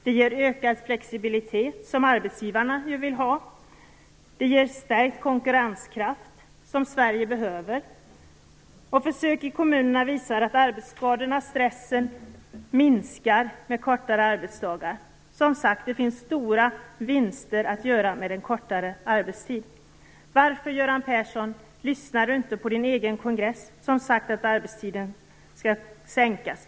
Det ger ökad flexibilitet, som arbetsgivarna vill ha. Det ger stärkt konkurrenskraft, som Sverige behöver. Försök i kommuner visar att arbetsskadorna och stressen minskar med kortare arbetsdagar. Det finns alltså stora vinster att göra med en kortare arbetstid. Varför lyssnar inte Göran Persson på sin egen kongress som uttalat att arbetstiden skall sänkas?